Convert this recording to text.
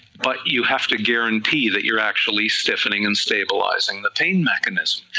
but you have to guarantee that you're actually stiffening and stabilizing the pain mechanism,